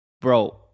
bro